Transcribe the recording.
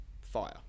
fire